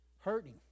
hurting